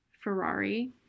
Ferrari